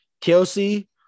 Kelsey